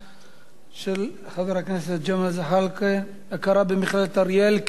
של חבר הכנסת ג'מאל זחאלקה: ההכרה במכללת אריאל כאוניברסיטה